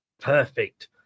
Perfect